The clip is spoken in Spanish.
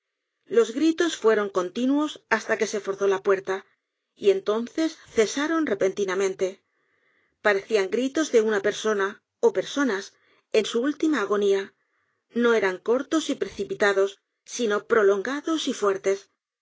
los gritos fueron continuos hasta que se forzó la puerta y entonces cesaron repentinamente parecían gritos de una persona ó personas en su última agonía no eran cortos y precipitados sino prolongados y fuertes